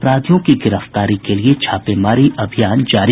अपराधियों की गिरफ्तारी के लिए छापेमारी अभियान जारी